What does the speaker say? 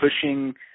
pushing